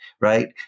right